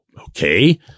Okay